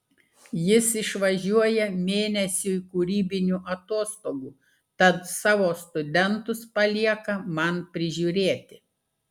jis išvažiuoja mėnesiui kūrybinių atostogų tad savo studentus palieka man prižiūrėti